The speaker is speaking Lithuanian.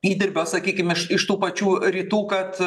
įdirbio sakykim iš iš tų pačių rytų kad